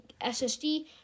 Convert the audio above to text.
SSD